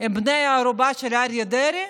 הם בני ערובה של אריה דרעי?